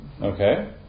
Okay